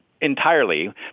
entirely